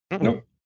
Nope